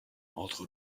entre